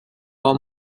all